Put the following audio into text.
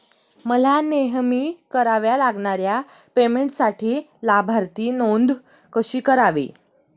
मला नेहमी कराव्या लागणाऱ्या पेमेंटसाठी लाभार्थी नोंद कशी करावी?